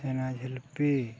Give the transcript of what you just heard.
ᱪᱷᱮᱱᱟ ᱡᱷᱤᱞᱯᱤ